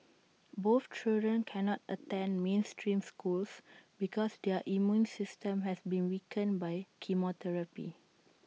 both children cannot attend mainstream schools because their immune systems have been weakened by chemotherapy